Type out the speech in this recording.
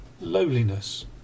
Lowliness